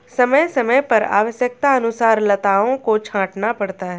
समय समय पर आवश्यकतानुसार लताओं को छांटना पड़ता है